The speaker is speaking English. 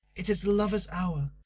it is the lover's hour.